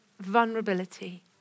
vulnerability